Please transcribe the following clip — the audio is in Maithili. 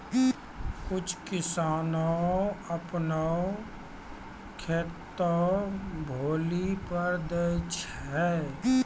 कुछ किसाने अपनो खेतो भौली पर दै छै